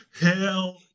hell